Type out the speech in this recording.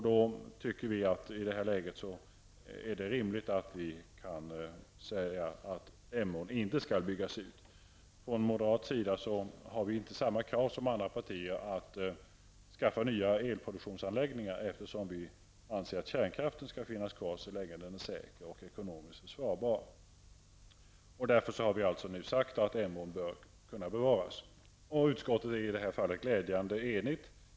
Då tycker vi i det här läget att Emån inte skall byggas ut. Från moderat sida har vi inte samma krav som andra partier att skaffa nya elproduktionsanläggningar, eftersom vi anser att kärnkraften skall finnas kvar så länge den är säker och ekonomiskt försvarbar. Därför bör Emån kunna bevaras. Utskottet är i detta fall glädjande enigt.